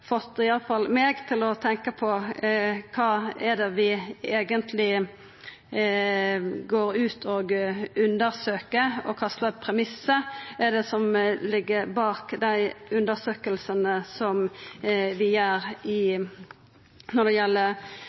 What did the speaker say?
fått iallfall meg til å tenkja på: Kva er det vi eigentleg går ut og undersøkjer, og kva slags premissar er det som ligg bak dei undersøkingane vi gjer når det gjeld